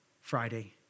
Friday